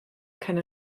keine